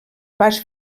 pas